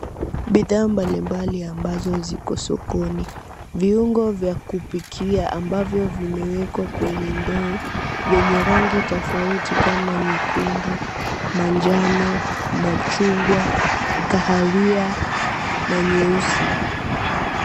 Bidhaa mbalimbali ambazo ziko sokoni, viungo vya kupikianambavyo vimewekwa kwenye ndoo yenye rangi tofauti kama nyekundu, manjano, machungwa, kahawia na nyeusi.